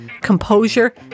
composure